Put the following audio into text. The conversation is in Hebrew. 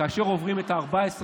כאשר עוברים 14,000,